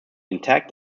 intact